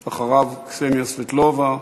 אחריו, קסניה סבטלובה,